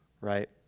right